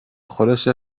خورش